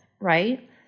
right